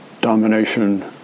domination